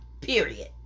Period